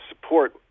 support